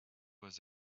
was